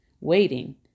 waiting